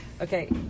Okay